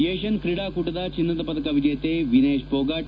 Asian ಕ್ರೀಡಾಕೂಟದ ಚಿನ್ನದ ವದಕ ವಿಜೇತೆ ವಿನೇತ್ ಫೋಗಟ್